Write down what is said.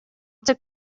took